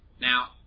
Now